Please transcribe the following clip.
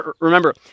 Remember